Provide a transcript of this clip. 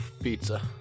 pizza